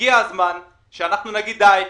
הגיע הזמן שאנחנו נגיד: די,